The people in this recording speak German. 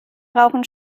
brauchen